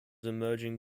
emerging